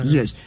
Yes